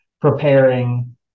preparing